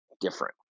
different